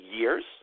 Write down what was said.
years